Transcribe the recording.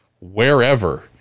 wherever